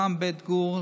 למען בית גור,